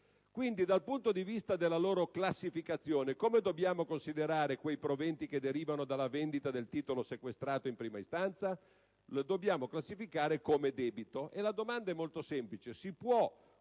Dal punto di vista della loro classificazione, come dobbiamo considerare quei proventi che derivano dalla vendita del titolo sequestrato in prima istanza? Li dobbiamo classificare come debito. La domanda che si pone è molto semplice: si può